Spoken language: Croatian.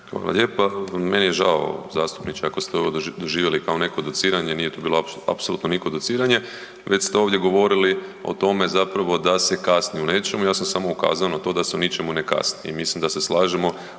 Hvala lijepa. Meni je žao zastupniče ako se ovo doživjeli kao neko dociranje nije to bila apsolutno niko dociranje već ste ovdje govorili o tome zapravo da se kasni u nečemu, ja sam samo ukazao na to da se u ničemu ne kasni. I mislim da se slažemo